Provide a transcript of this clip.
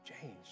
change